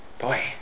Boy